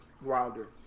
Wilder